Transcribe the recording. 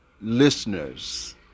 listeners